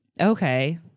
Okay